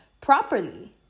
properly